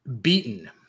Beaten